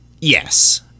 Yes